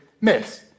miss